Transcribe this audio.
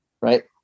Right